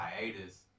hiatus